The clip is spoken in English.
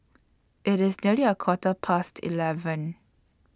IT IS nearly A Quarter Past eleven